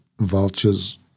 vultures